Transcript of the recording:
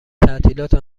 تعطیلات